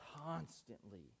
constantly